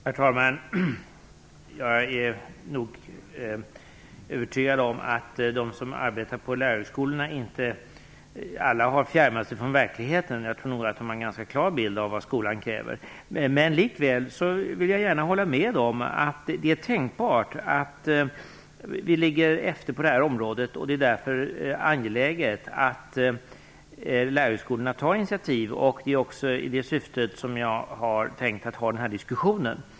Herr talman! Jag är övertygad om att alla de som arbetar på lärarhögskolorna inte har fjärmat sig från verkligheten. Jag tror nog att de har en ganska klar bild av vad skolan kräver. Men jag vill gärna hålla med om att det är tänkbart att vi ligger efter på det här området. Därför är det angeläget att lärarhögskolorna tar initiativ. Det är också i det syftet som jag har tänkt att ha den här diskussionen.